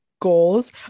goals